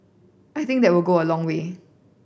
I think that will go a long way